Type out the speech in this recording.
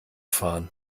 fahren